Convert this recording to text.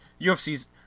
UFC's